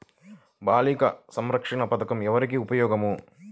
బాలిక సంరక్షణ పథకం ఎవరికి ఉపయోగము?